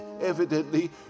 Evidently